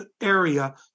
area